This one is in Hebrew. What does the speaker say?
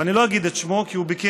ואני לא אגיד את שמו, כי הוא ביקש.